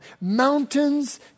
mountains